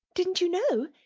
didn't you know?